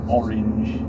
orange